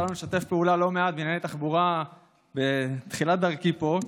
יצא לנו לשתף פעולה לא מעט בענייני תחבורה בתחילת דרכי פה,